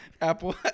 Apple